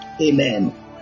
Amen